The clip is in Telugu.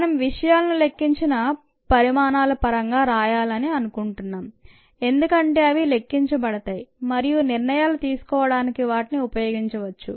మనం విషయాలను లెక్కించిన పరిమాణాలపరంగా రాయాలని అనుకుంటున్నాం ఎందుకంటే అవి లెక్కించబడతాయి మరియు నిర్ణయాలు తీసుకోవడానికి వాటిని ఉపయోగించవచ్చు